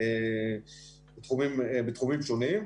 בתחומים שונים.